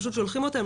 פשוט שולחים אותם?